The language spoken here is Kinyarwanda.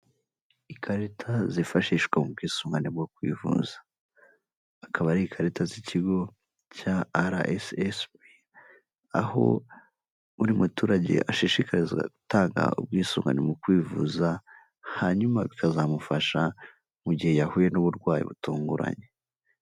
Ikarita zifashishwa mu bwisungane mu kwivuza, akaba ari ikarita z'ikigo cya RSSB, aho buri muturage ashishikarizwa gutanga ubwisungane mu kwivuza, hanyuma bikazamufasha mu gihe yahuye n'uburwayi butunguranye.